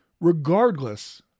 Regardless